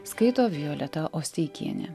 skaito violeta osteikienė